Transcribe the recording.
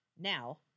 Now